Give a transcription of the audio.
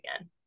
again